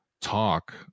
talk